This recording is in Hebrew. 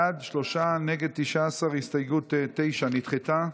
בעד, שלושה, נגד 19. הסתייגות 9 נדחתה.